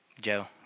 Joe